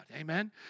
Amen